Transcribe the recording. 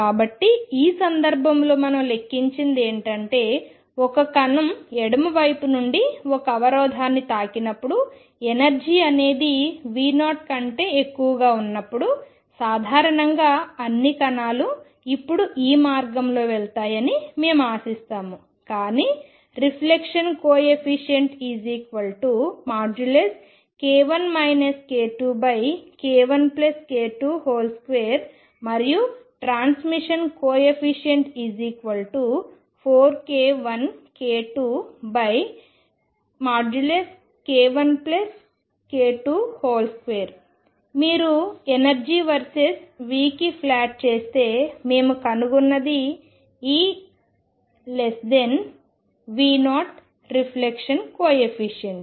కాబట్టి ఈ సందర్భంలో మనం లెక్కించినది ఏమిటంటే ఒక కణం ఎడమవైపు నుండి ఒక అవరోధాన్ని తాకినప్పుడు ఎనర్జీ అనేది V0 కంటే ఎక్కువగా ఉన్నప్పుడు సాధారణంగా అన్ని కణాలు ఇప్పుడు ఈ మార్గంలో వెళ్తాయని మేము ఆశిస్తాము కానీ reflection coefficient k1 k2 k1k22 మరియు ట్రాన్స్మిషన్ కోయెఫిషియంట్ 4k1k2 k1k22 మీరు ఎనర్జీ వర్సెస్ Vకి ప్లాట్ చేస్తే మేము కనుగొన్నది E V0 రిఫ్లెక్షన్ కోయెఫిషియంట్